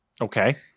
Okay